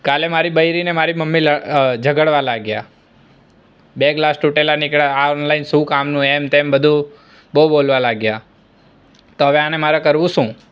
કાલે મારી બૈરી ને મારી મમ્મી ઝઘડવા લાગ્યા બે ગ્લાસ તૂટેલા નીકળ્યા આ ઓનલાઈન શું કામનું એમ બધું બહુ બોલવા લાગ્યા તો હવે આને મારે કરવું શું